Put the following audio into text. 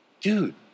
Dude